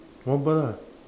one bird lah